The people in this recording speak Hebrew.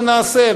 שנעשה,